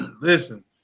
listen